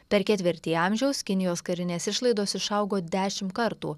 per ketvirtį amžiaus kinijos karinės išlaidos išaugo dešimt kartų